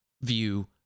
view